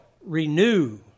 renew